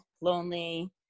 lonely